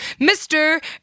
Mr